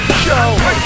show